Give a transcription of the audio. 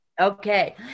Okay